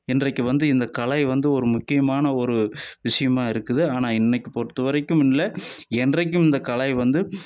இன்றைக்கு வந்து இந்த கலை வந்து ஒரு முக்கியமான ஒரு விஷயமா இருக்குது ஆனால் இன்னைக்கு பொறுத்த வரைக்கும்மில்லை என்றைக்கும் இந்த கலை வந்து